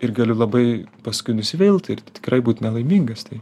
ir galiu labai paskui nusivilt ir tikrai būt nelaimingas tai